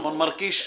נכון מר קיש?